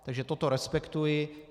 Takže toto respektuji.